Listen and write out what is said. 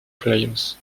players